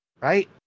right